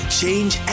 change